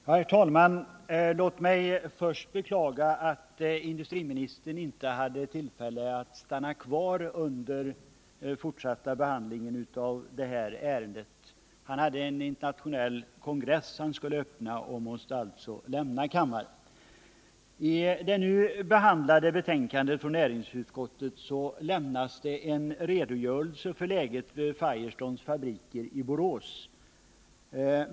Herr talman! Låt mig först beklaga att industriministern inte hade tillfälle att stanna kvar under den fortsatta behandlingen av det här ärendet — han hade en internationell kongress som han skulle öppna och måste alltså lämna kammaren. I det nu behandlade betänkandet från näringsutskottet lämnas en redogörelse för läget vid Firestones fabrik i Borås.